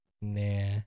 Nah